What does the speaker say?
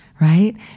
Right